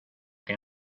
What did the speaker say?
que